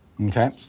Okay